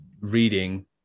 reading